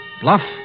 Bluff